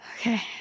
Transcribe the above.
Okay